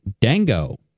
Dango